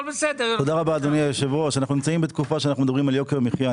אנחנו נמצאים בתקופה שבה אנחנו מדברים על יוקר מחייה.